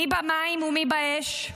מי במים ומי באש,